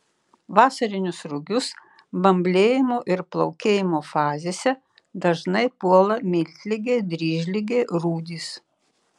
vasarinius rugius bamblėjimo ir plaukėjimo fazėse dažnai puola miltligė dryžligė rūdys